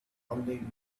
only